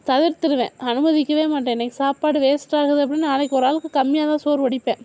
தவிர்த்திவிடுவேன் அனுமதிக்கவே மாட்டேன் இன்னிக்கு சாப்பாடு வேஸ்ட்டாகுது அப்படினா நாளைக்கு ஒரு ஆளுக்கு கம்மியாக தான் சோறு வடிப்பேன்